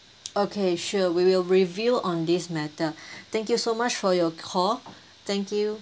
okay sure we will review on this matter thank you so much for your call thank you